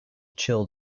chill